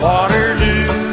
Waterloo